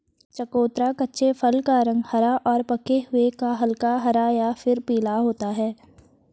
चकोतरा कच्चे फल का रंग हरा और पके हुए का हल्का हरा या फिर पीला होता है